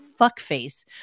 fuckface